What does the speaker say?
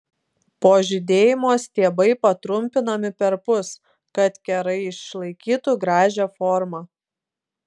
po žydėjimo stiebai patrumpinami perpus kad kerai išlaikytų gražią formą